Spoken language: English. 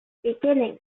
beginning